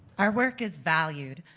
our work is valued.